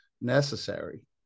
necessary